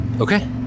okay